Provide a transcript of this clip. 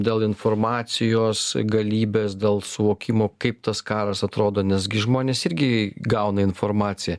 dėl informacijos galybės dėl suvokimo kaip tas karas atrodo nes gi žmonės irgi gauna informaciją